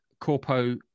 Corpo